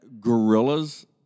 gorillas